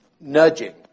nudging